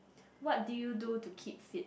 what do you do to keep fit